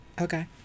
Okay